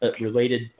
related